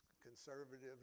Conservative